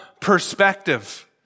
perspective